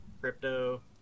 crypto